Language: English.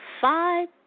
five